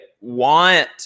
want